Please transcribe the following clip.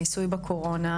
הניסוי בקורונה,